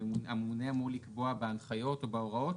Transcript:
שהממונה אמור לקבוע בהנחיות או בהוראות